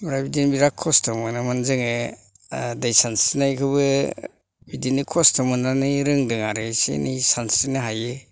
ओमफ्राय बिदिनो बिराथ खस्थ' मोनोमोन जोङो दै सानस्रिनायखौबो बिदिनो खस्थ' मोननानै रोंदों आरो एसे एनै सानस्रिनो हायो